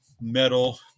metal